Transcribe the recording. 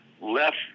left